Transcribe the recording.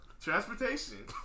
Transportation